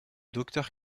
docteur